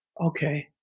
Okay